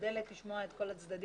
משתדלת לשמוע את כל הצדדים